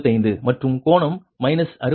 85 மற்றும் கோணம் மைனஸ் 68